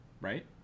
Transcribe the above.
right